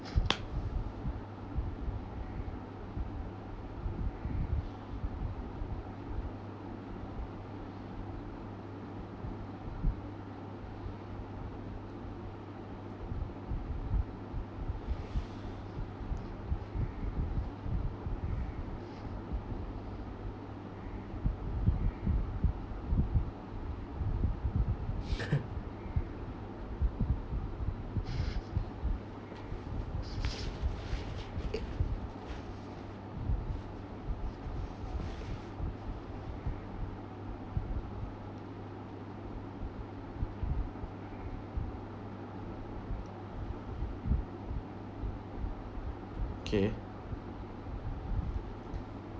okay